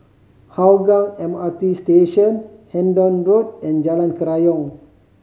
Hougang M R T Station Hendon Road and Jalan Kerayong